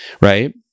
right